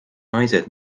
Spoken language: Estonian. naised